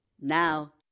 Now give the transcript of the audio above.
now